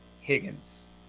Higgins